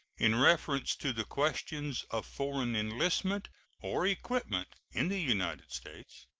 in reference to the questions of foreign enlistment or equipment in the united states,